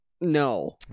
No